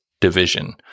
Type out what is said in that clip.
division